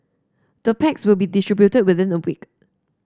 the packs will be distributed within a week